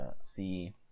see